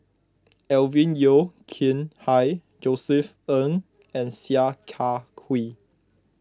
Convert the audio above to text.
Alvin Yeo Khirn Hai Josef Ng and Sia Kah Hui